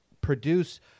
produce